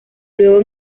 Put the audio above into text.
luego